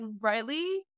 Riley